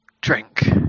drink